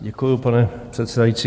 Děkuji, pane předsedající.